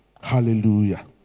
Hallelujah